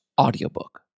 audiobook